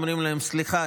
אומרים להם: סליחה,